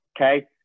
okay